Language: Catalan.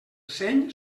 seny